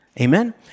Amen